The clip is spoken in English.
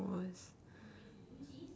was